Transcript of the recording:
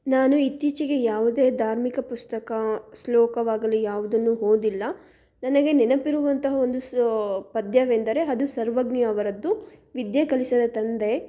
ನಾನು ಇತ್ತೀಚೆಗೆ ಯಾವುದೇ ಧಾರ್ಮಿಕ ಪುಸ್ತಕ ಶ್ಲೋಕವಾಗಲಿ ಯಾವುದನ್ನು ಓದಿಲ್ಲ ನನಗೆ ನೆನಪಿರುವಂತಹ ಒಂದು ಸೋ ಪದ್ಯವೆಂದರೆ ಅದು ಸರ್ವಜ್ಞ ಅವರದ್ದು ವಿದ್ಯೆ ಕಲಿಸದ ತಂದೆ